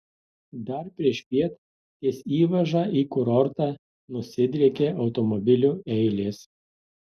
dar priešpiet ties įvaža į kurortą nusidriekė automobilių eilės